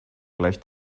gleicht